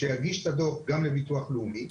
כשהוא יגיש את הדוח גם לביטוח הלאומי,